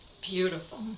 Beautiful